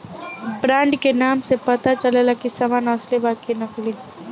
brand के नाम से पता चलेला की सामान असली बा कि नकली